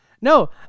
No